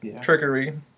trickery